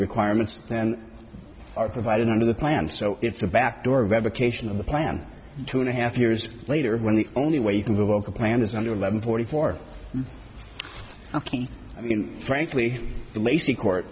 requirements and are provided under the plan so it's a backdoor revocation of the plan two and a half years later when the only way you can go broke a plan is under eleven forty four i mean frankly the lacy court